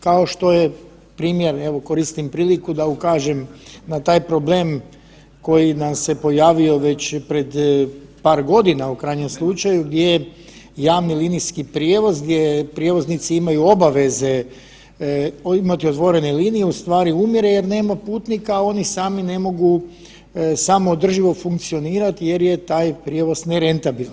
Kao što je primjer, evo koristim priliku da ukažem na taj problem koji nam se pojavio već pred par godina u krajnjem slučaju, gdje javni linijski prijevoz, gdje prijevoznici imaju obaveze imati otvorene linije ustvari umire jer nema putnika, a oni sami ne mogu samoodrživo funkcionirati jer je taj prijevoz nerentabilan.